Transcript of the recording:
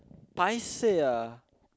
paiseh ah